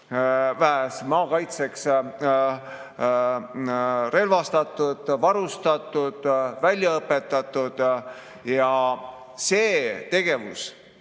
maakaitses, relvastatud, varustatud, välja õpetatud. Ja see tegevus,